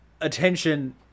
attention